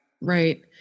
Right